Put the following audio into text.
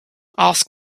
asked